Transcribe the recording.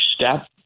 step